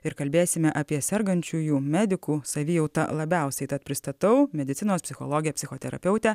ir kalbėsime apie sergančiųjų medikų savijautą labiausiai tad pristatau medicinos psichologė psichoterapeutė